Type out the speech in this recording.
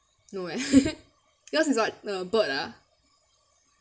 no eh yours is like the bird ah